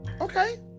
Okay